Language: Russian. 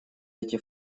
эти